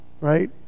right